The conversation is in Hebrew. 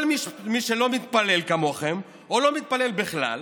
כל מי שלא מתפלל כמוכם או לא מתפלל בכלל,